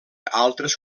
altres